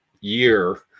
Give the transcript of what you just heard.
year